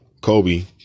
Kobe